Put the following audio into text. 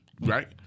Right